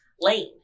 lane